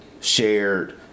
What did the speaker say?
shared